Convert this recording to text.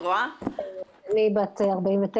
אני בת 49,